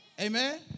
Amen